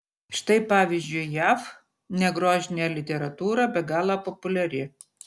štai pavyzdžiui jav negrožinė literatūra be galo populiari